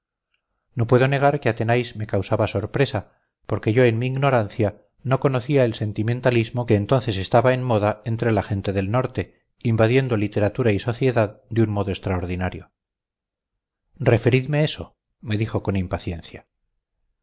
no puedo negar que athenais me causaba sorpresa porque yo en mi ignorancia no conocía el sentimentalismo que entonces estaba en moda entre la gente del norte invadiendo literatura y sociedad de un modo extraordinario referidme eso me dijo con impaciencia